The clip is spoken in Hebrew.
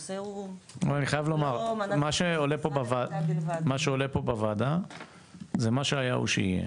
אני חייב לומר מה שעולה פה בוועדה זה מה שהיה הוא שיהיה,